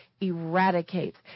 eradicates